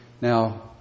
Now